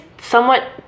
somewhat